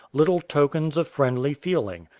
little tokens of friendly feeling.